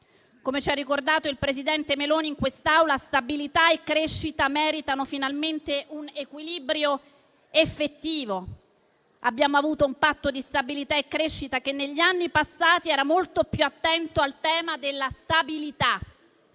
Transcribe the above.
Come ci ha ricordato il presidente Meloni in quest'Aula, stabilità e crescita meritano finalmente un equilibrio effettivo. Abbiamo avuto un Patto di stabilità e crescita che negli anni passati era molto più attento al tema della stabilità.